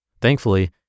Thankfully